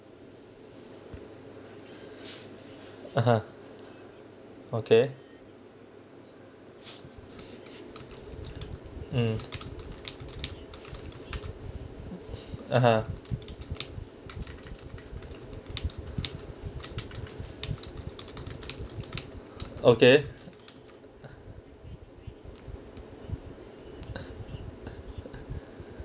(uh huh) okay mm (uh huh) okay